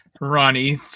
ronnie